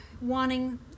wanting